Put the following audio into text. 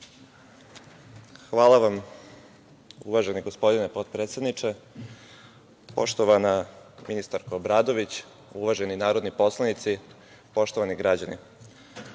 Hvala vam, uvaženi gospodine potpredsedniče. Poštovana ministarko Obradović, uvaženi narodni poslanici, poštovani građani,